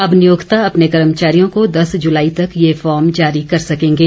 अब नियोक्ता अपने कर्मचारियों को दस जुलाई तक यह फॉर्म जारी कर सकेंगे